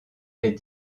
est